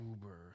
Uber